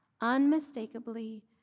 unmistakably